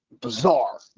bizarre